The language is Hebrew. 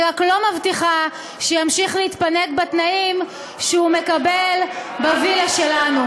אני רק לא מבטיחה שימשיך להתפנק בתנאים שהוא מקבל בווילה שלנו.